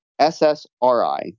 SSRI